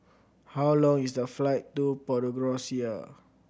how long is the flight to Podgorica